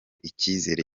icyizere